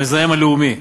המזהם הלאומי,